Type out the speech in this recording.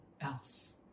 else